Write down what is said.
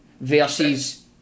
versus